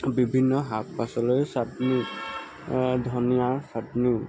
বিভিন্ন শাক পাচলিৰ চাটনি ধনিয়া চাটনি